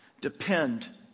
Depend